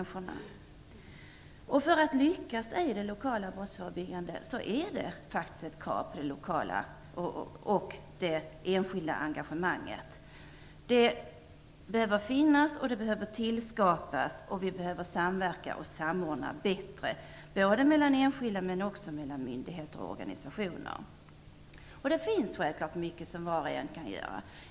För att lyckas i det lokala brottsförebyggandet är det nödvändigt med ett enskilt engagemang. Det behöver finnas och tillskapas. Vi behöver samordna bättre, både mellan enskilda och mellan myndigheter och organisationer. Det finns mycket som var och en kan göra.